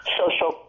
social